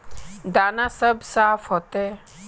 दाना सब साफ होते?